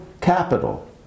capital